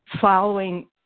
following